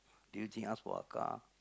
do you think ask for a car